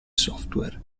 software